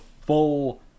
full